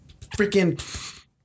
freaking